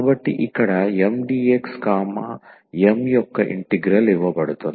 కాబట్టి ఇక్కడ 𝑀𝑑𝑥 M యొక్క ఇంటిగ్రల్ ఇవ్వబడుతుంది